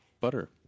butter